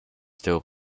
still